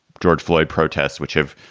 george floyd protests which have